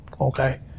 Okay